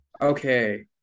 Okay